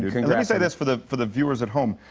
you. let me say this for the for the viewers at home.